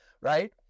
right